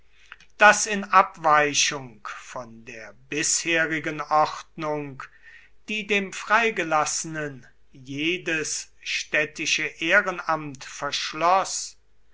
daß in abweichung von der bisherigen ordnung die dem freigelassenen jedes städtische ehrenamt verschloß